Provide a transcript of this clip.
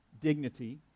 dignity